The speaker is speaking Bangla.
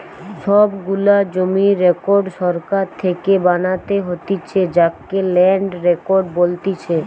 সব গুলা জমির রেকর্ড সরকার থেকে বানাতে হতিছে যাকে ল্যান্ড রেকর্ড বলতিছে